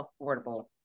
affordable